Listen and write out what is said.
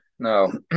no